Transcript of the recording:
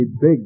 big